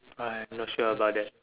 I'm not sure about that